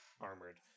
armored